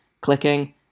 clicking